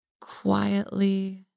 quietly